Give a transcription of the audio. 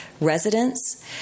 residents